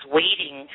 waiting